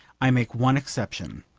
i make one exception,